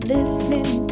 Listening